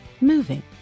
moving